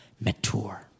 mature